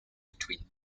between